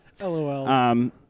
LOL